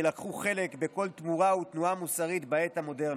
שלקחו חלק בכל תמורה ותנועה מוסרית בעת המודרנית.